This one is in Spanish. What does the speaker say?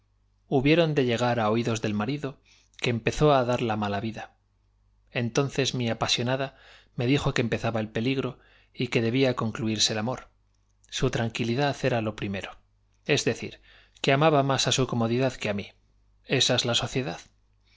bieron de llegar á oídos del marido que empe sociedad una reunión de víctimas y de verdugos zó á darla mala vida entonces mi apasionada dichoso aquel que n o es verdugo y víctima á m e dijo que empezaba el peligro y que debía un tiempo picaros necios inocentes más concluirse el amor su tranquilidad era lo prime dichoso aún si hay excepciones el que puede ro e s decir que amaba más á su comodidad ser excepción que á mí esa es la sociedad